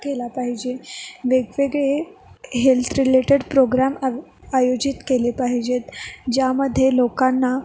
केला पाहिजे वेगवेगळे हेल्थ रिलेटेड प्रोग्राम आय आयोजित केले पाहिजेत ज्यामध्ये लोकांना